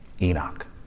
Enoch